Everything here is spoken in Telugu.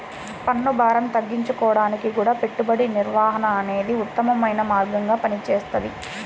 పన్నుభారం తగ్గించుకోడానికి గూడా పెట్టుబడి నిర్వహణ అనేదే ఉత్తమమైన మార్గంగా పనిచేస్తది